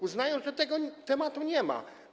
Uznają, że tego tematu nie ma.